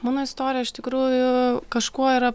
mano istorija iš tikrųjų kažkuo yra